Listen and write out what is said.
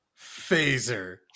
Phaser